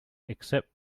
except